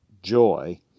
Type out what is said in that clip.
joy